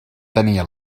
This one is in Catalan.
tenia